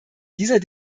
dieser